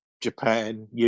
Japan